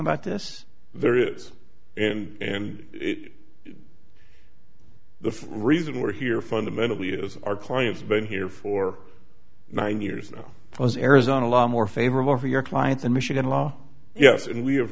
about this there is and the reason we're here fundamentally is our client's been here for nine years now plus arizona law more favorable for your clients in michigan law yes and we have